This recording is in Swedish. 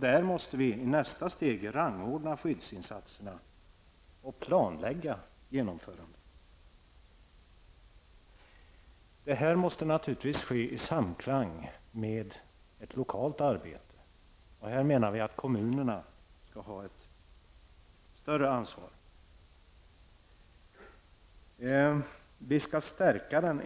I nästa steg måste vi rangordna skyddsinsatserna och planlägga genomförandet. Detta måste naturligtvis ske i samklang med ett lokalt arbete. Här menar vi att kommunerna skall ha ett större ansvar. Vi skall stärka den